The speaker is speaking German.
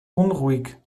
unruhig